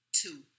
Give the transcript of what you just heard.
two